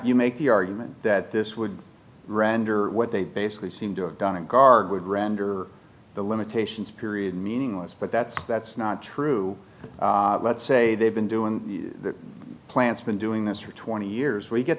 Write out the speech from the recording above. you make the argument that this would render what they basically seem to have done a guard would render the limitations period meaningless but that's that's not true let's say they've been doing the plant's been doing this for twenty years w